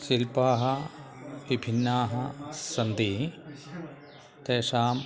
शिल्पाः विभिन्नाः सन्ति तेषाम्